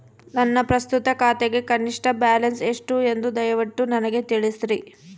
ನನ್ನ ಪ್ರಸ್ತುತ ಖಾತೆಗೆ ಕನಿಷ್ಠ ಬ್ಯಾಲೆನ್ಸ್ ಎಷ್ಟು ಎಂದು ದಯವಿಟ್ಟು ನನಗೆ ತಿಳಿಸ್ರಿ